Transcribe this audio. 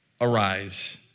arise